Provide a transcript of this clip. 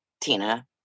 Tina